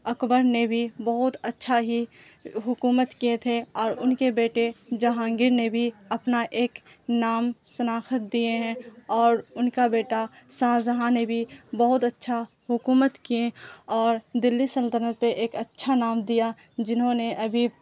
اکبر نے بھی بہت اچھا ہی حکومت کیے تھے اور ان کے بیٹے جہانگیر نے بھی اپنا ایک نام شناخت دیے ہیں اور ان کا بیٹا ساہجہاں نے بھی بہت اچھا حکومت کیے اور دلی سلطنت پہ ایک اچھا نام دیا جنہوں نے ابھی